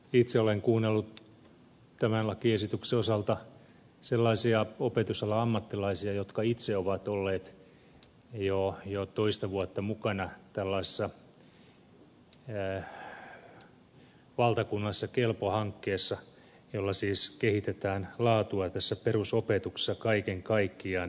itse olen kuunnellut tämän lakiesityksen osalta sellaisia opetusalan ammattilaisia jotka itse ovat olleet jo toista vuotta mukana tällaisessa valtakunnallisessa kelpo hankkeessa jolla siis kehitetään laatua perusopetuksessa kaiken kaikkiaan